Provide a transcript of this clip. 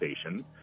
station